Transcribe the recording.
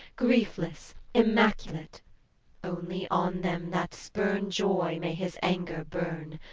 griefless, immaculate only on them that spurn joy, may his anger burn.